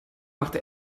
machte